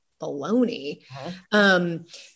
baloney